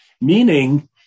Meaning